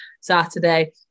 Saturday